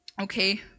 okay